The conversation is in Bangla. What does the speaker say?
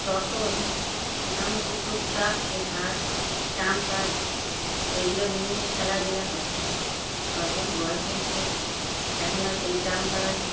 তখন মোটামুটি টুকটাক এই কার্ড ট্রাম্প কার্ড এইগুলো নিয়েই খেলাধুলা করতাম তার পরে আমার বয়স হয়েছে এখন আর সেই ট্রাম্প কার্ড